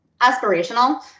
aspirational